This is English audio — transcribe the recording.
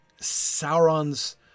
Sauron's